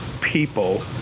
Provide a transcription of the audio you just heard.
people